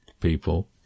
people